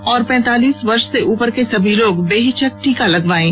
और पैंतालीस वर्ष से उपर के सभी लोग बेहिचक टीका लगवायें